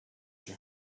you